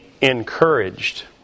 encouraged